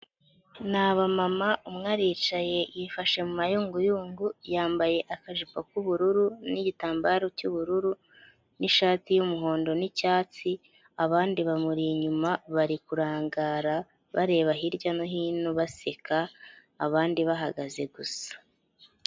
Ni abamama, umwe aricaye yifashe mu mayunguyungu, yambaye akajipo k'ubururu n'gitambaro cy'ubururu n'ishati y'umuhondo n'icyatsi, abandi bamuri inyuma bari kurangara bareba hirya no hino, baseka, abandi bahagaze gusa.